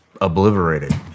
obliterated